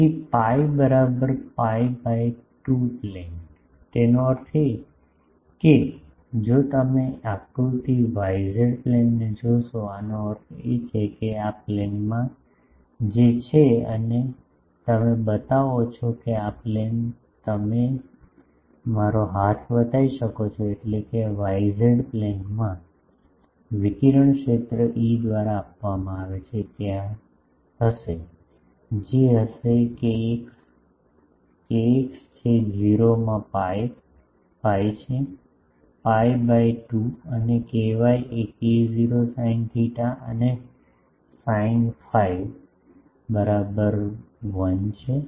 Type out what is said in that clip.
તેથી pi બરાબર pi by 2 plane તેનો અર્થ એ કે જો તમે આકૃતિ વાય ઝેડ પ્લેનને જોશો આનો અર્થ એ છે કે આ પ્લેનમાં જે છે અને તમે બતાવો છો કે આ પ્લેન તમે મારો હાથ બતાવી શકો છો એટલે કે y z પ્લેનમાં વિકિરણ ક્ષેત્ર E દ્વારા આપવામાં આવે છે ત્યાં હશે જે હશે kx kx છે 0 માં pi છે પાઇ બાય 2 અને ky એ ko સાઈન થેટા અને સાઈન phi બરાબર 1 છે